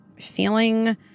feeling